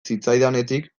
zitzaidanetik